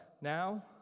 now